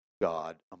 God